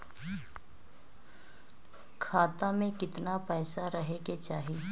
खाता में कितना पैसा रहे के चाही?